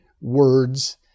words